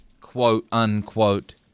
quote-unquote